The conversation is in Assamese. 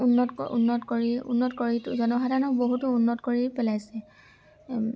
উন্নত উন্নত কৰি উন্নত কৰিতো জনসাধাৰণক বহুতো উন্নত কৰি পেলাইছে